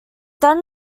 done